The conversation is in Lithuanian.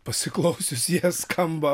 pasiklausius jie skamba